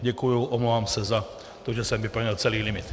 Děkuji a omlouvám se za to, že jsem vyplnil celý limit.